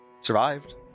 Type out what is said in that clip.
survived